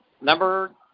number